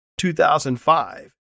2005